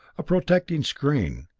a protecting screen,